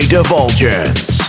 Divulgence